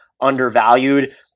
undervalued